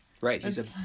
Right